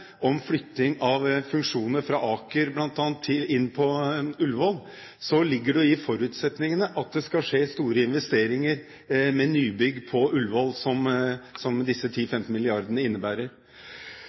om flytting av funksjoner fra Aker bl.a. inn på Ullevål, ligger det i forutsetningene at det skal skje store investeringer med nybygg på Ullevål, som disse